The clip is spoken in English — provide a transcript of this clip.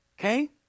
Okay